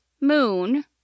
Moon